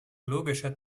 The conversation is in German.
logischer